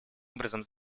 образом